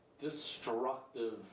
destructive